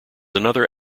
another